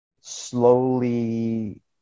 slowly